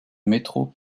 métro